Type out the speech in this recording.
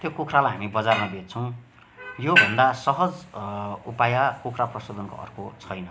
त्यो कुखुरालाई हामी बजारमा बेच्छौँ योभन्दा सहज उपाया कुखुरा प्रशोधनको अर्को छैन